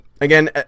Again